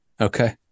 okay